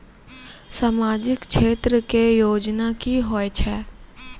समाजिक क्षेत्र के योजना की होय छै?